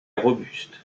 robuste